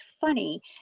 funny